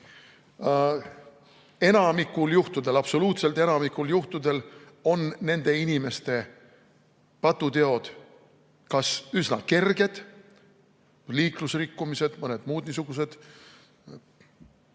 Enamikul juhtudel – absoluutselt enamikul juhtudel – on nende inimeste patuteod kas üsna kerged – liiklusrikkumised või mõned muud niisugused